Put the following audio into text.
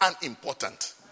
unimportant